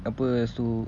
apa lepas tu